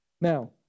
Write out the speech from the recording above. Now